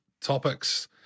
topics